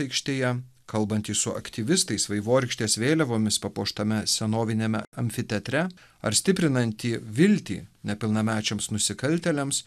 aikštėje kalbantį su aktyvistais vaivorykštės vėliavomis papuoštame senoviniame amfiteatre ar stiprinantį viltį nepilnamečiams nusikaltėliams